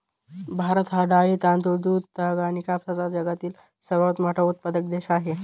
भारत हा डाळी, तांदूळ, दूध, ताग आणि कापसाचा जगातील सर्वात मोठा उत्पादक देश आहे